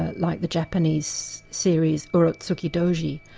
ah like the japanese series, urotsukidoji.